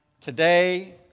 Today